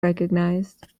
recognized